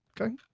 Okay